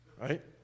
right